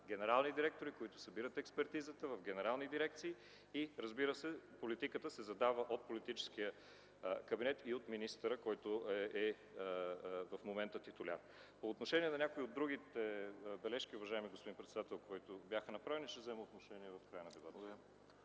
генерални директори, които събират експертизата в генерални дирекции, и, разбира се, политиката се задава от политическия кабинет и от министъра, който е в момента титуляр. По отношение на някои от другите бележки, уважаеми господин председател, които бяха направени, ще взема отношение в края на дебата.